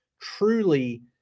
truly